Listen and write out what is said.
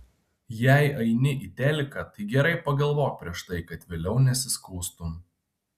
jei eini į teliką tai gerai pagalvok prieš tai kad vėliau nesiskųstum